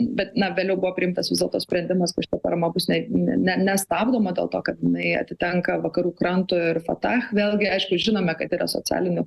bet na vėliau buvo priimtas vis dėlto sprendimas kad šita paramas bus ne ne nestabdoma dėl to kad jinai atitenka vakarų krantui ir fatah vėlgi aišku žinome kad yra socialinių